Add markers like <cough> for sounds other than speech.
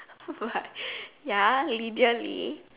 <unintelligible>